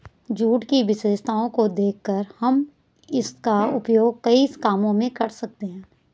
jute की विशेषताओं को देखकर हम इसका उपयोग कई कामों में कर सकते हैं